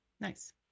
Nice